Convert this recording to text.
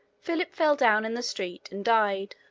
philip fell down in the street and died.